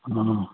हँ